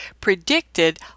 predicted